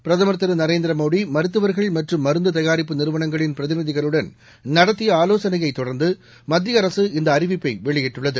பிரதம் திரு நரேந்திர மோடி மருத்துவர்கள் மற்றும் மருந்து தயாரிப்பு நிறுவனங்களின் பிரதிநிதிகளுடன் நடத்திய ஆலோசனையை தொடா்ந்து மத்திய அரசு இந்த அறிவிப்பை வெளியிட்டுள்ளது